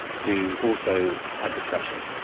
who also had depression,